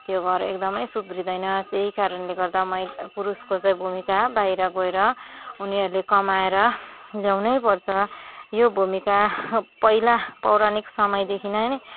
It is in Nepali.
त्यो घर एकदमै सुध्रिँदैन त्यही कारणले गर्दा मै पुरुषको चाहिँ भूमिका बाहिर गएर उनीहरूले कमाएर ल्याउनै पर्छ यो भूमिका पहिला पौराणिक समयदेखि नै